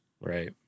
Right